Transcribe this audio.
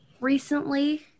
Recently